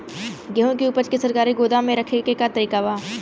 गेहूँ के ऊपज के सरकारी गोदाम मे रखे के का तरीका बा?